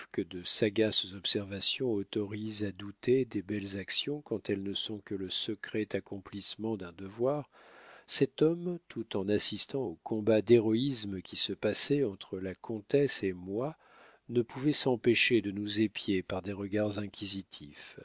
de sagaces observations autorisent à douter des belles actions quand elles ne sont que le secret accomplissement d'un devoir cet homme tout en assistant au combat d'héroïsme qui se passait entre la comtesse et moi ne pouvait s'empêcher de nous épier par des regards inquisitifs